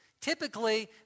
Typically